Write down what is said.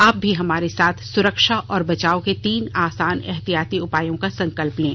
आप भी हमारे साथ सुरक्षा और बचाव के तीन आसान एहतियाती उपायों का संकल्प लें